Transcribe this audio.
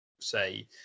say